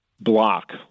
block